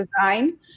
design